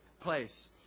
place